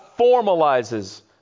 formalizes